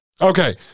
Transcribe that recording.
Okay